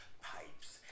pipes